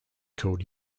called